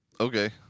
Okay